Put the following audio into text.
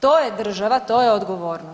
To je država, to je odgovornost.